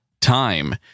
time